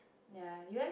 ya you like